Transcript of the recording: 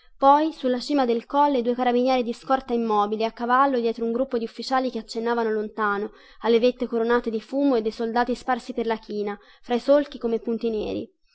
poi sulla cima del colle due carabinieri di scorta immobili a cavallo dietro un gruppo di ufficiali che accennavano lontano alle vette coronate di fumo e dei soldati sparsi per la china fra i solchi come punti neri